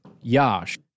Yash